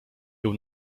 jął